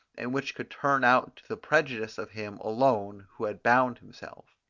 and which could turn out to the prejudice of him alone who had bound himself.